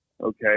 Okay